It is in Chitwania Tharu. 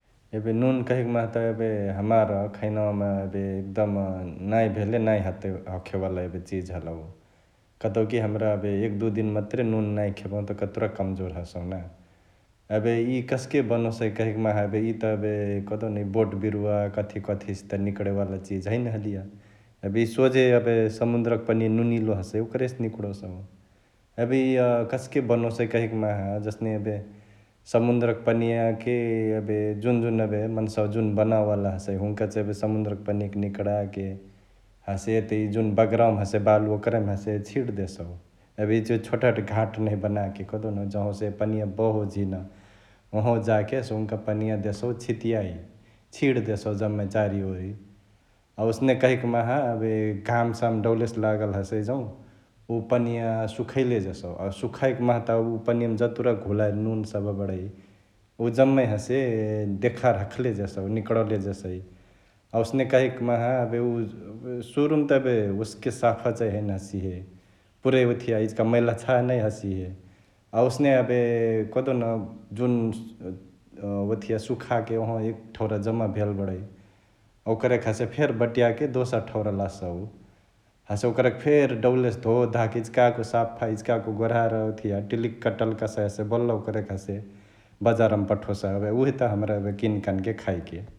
एबे नुन कहइक माहा त एबे हमार खैनावमा एबे एकदम नांही भेले नांहि हखेवाला एबे चिज हलउ कतौकी हमरा एबे एक दुइ दिन मतुरे नुन नांही खेबहु त कतुरा कमजोर हसहुना । एबे इअ कसके बनोसई कहिक माहा यि त एबे कहदेउन इ बोटबिरुवा कथी कथिसे त निकडे वाला चिज हैने हलिय । यी सोझे एबे समुन्द्र पनिया नुनिलो हसई ओकरहिसे निकडोसउ । एबे इअ कस्के बनोसै कहैक माहा जसने एबे समुन्द्रक पनियाके एबे जुन जुन एबे मन्सवा जुन बनावे वाला हसई हुन्का चैं एबे समुन्द्रक पानीयाके निकडाके हसे एते इ जुन बगरावा हसई बालु ओकरहिमा हसे छिट देसउ । एबे इचिहिच छोटहट घाट नहिया बनाके कहदेउन जँहवासे पनिया बहो झिन ओहवा जाके हसे हुन्का पनिया देसउ छितियाइ, छिट देसौ जम्मे चारिओरी । अ ओसने कहिक माहा एबे घाम साम डौलेसे लागल हसै जौं उ पनिया सुखैले जेसौ अ सुखाइक माहा त उ पनियामा जतुरा घोरईली नुन सभ बडै उ जम्मे हसे देखार हखले जेसौ, निकडले जेसै । अ ओसने कहईक माहा एबे सुरुमा त एबे ओस्के साफा चैं हैने हसिहे, पुरै ओथिया इचिका मैलछाह नै हसिहे ।अ ओसने एबे कहदेउन जुन् सुखाके ओहवा एक ठौरा जम्मा भेल बडै ओकर के हसे फेरी बटियाके दोसर ठौरा लजसउ । हसे ओकरके फेरी डौलेसे धोधाके इचिकाको साफा इचिकको गोरहार ओथिया टिल्लिक टल्क्सई हसे बल्ल ओकरके हसे बजारमा पठोसई एबे उहे त हमरा एबे किनकानके खाएके ।